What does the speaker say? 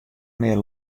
mear